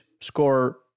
score